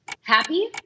happy